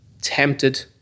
tempted